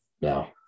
No